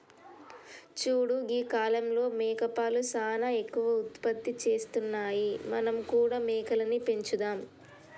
చూడు గీ కాలంలో మేకపాలు సానా ఎక్కువ ఉత్పత్తి చేస్తున్నాయి మనం కూడా మేకలని పెంచుదాం